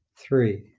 Three